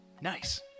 Nice